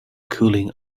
cooling